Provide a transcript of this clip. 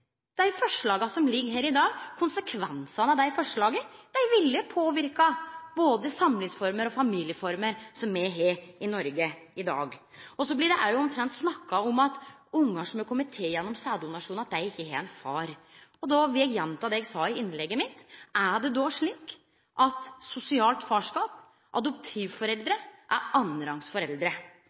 dei forslaga som ligg her i dag, ville vere å påverke både samlivsformer og familieformer som me har i Noreg i dag. Så blir det omtrent òg snakka om at ungar som har blitt til gjennom sæddonasjon, ikkje har ein far. Eg vil gjenta det eg sa i innlegget mitt: Er det då slik at adoptivforeldre og foreldre med sosialt farskap er annanrangs foreldre?